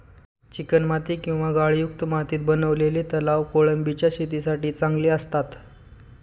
चिकणमाती किंवा गाळयुक्त मातीत बनवलेले तलाव कोळंबीच्या शेतीसाठी चांगले असतात